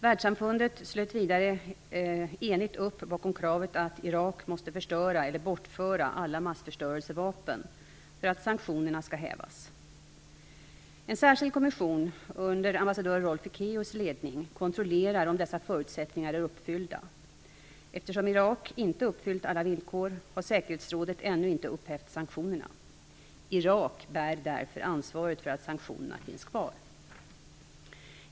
Världssamfundet slöt vidare enigt upp bakom kravet att Irak måste förstöra eller bortföra alla massförstörelsevapen för att sanktionerna skall hävas. Ekéus ledning kontrollerar om dessa förutsättningar är uppfyllda. Eftersom Irak inte uppfyllt alla villkor har säkerhetsrådet ännu inte upphävt sanktionerna. Irak bär därför ansvaret för att sanktionerna finns kvar.